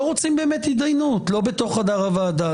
רוצים באמת הידיינות - לא בתוך החדר הוועדה,